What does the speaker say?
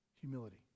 Humility